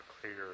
clear